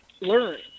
learn